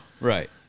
right